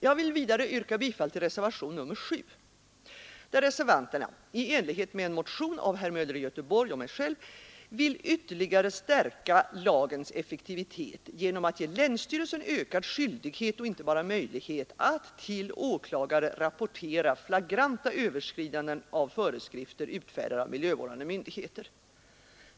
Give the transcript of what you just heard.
Jag vill vidare yrka bifall till reservationen 7, där reservanterna i enlighet med en motion av herr Möller i Göteborg och mig själv vill ytterligare stärka lagens effektivitet genom att ge länsstyrelsen ökad skyldighet och inte bara möjlighet att till åklagare rapportera flagranta överskridanden av föreskrifter utfärdade av miljövårdande myndigheter.